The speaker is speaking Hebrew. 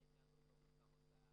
בוקר טוב לכולם,